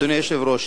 אדוני היושב-ראש,